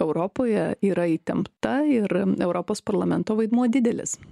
europoje yra įtempta ir europos parlamento vaidmuo didelis